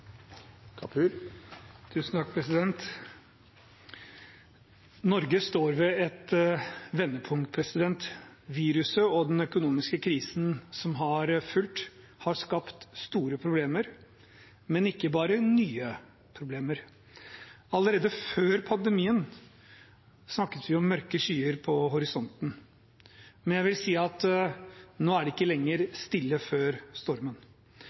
økonomiske krisen som har fulgt det, har skapt store problemer, men ikke bare nye problemer. Allerede før pandemien snakket vi om mørke skyer i horisonten, men nå er det ikke lenger stille før stormen.